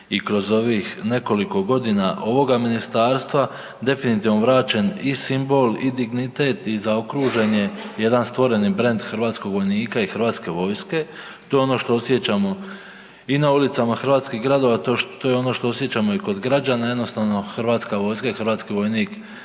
i kroz ovih nekoliko godina ovoga ministarstva definitivno vraćen i simbol i dignitet i zaokružen je stvoreni brend hrvatskog vojnika i Hrvatske vojske. To je ono što osjećamo i na ulicama hrvatskih gradova to je ono što osjećamo i kod građana jednostavno Hrvatska vojska i hrvatski vojnik